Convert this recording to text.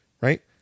Right